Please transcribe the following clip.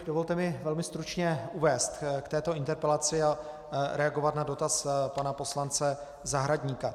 Dovolte mi velmi stručně uvést k této interpelaci a reagovat na dotaz pana poslance Zahradníka.